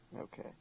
Okay